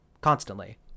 constantly